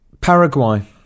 Paraguay